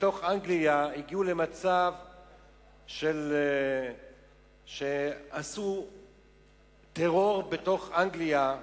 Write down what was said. באנגליה הגיעו לכך שהם עשו טרור באנגליה,